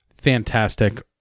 fantastic